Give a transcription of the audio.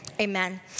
Amen